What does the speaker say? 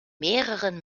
mehreren